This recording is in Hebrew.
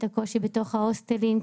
הקושי בתוך ההוסטלים,